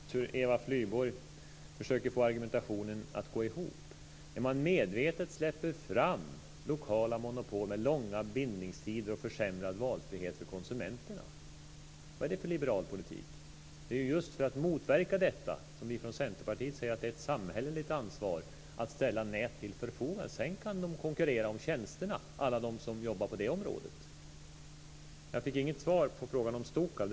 Fru talman! Eva Flyborg försöker att få argumentationen att gå ihop. Man släpper medvetet fram lokala monopol med långa bindningstider och försämrad valfrihet för konsumenterna. Vad är det för liberal politik? Det är ju just för att motverka detta som vi från Centerpartiet säger att det är ett samhälleligt ansvar att ställa nät till förfogande. Sedan kan alla som jobbar på detta område konkurrera om tjänsterna. Jag fick inget svar på frågan om Stokab.